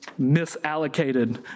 misallocated